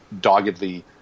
doggedly